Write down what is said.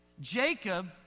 Jacob